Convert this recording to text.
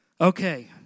Okay